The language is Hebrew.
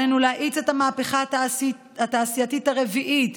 עלינו להאיץ את המהפכה התעשייתית הרביעית,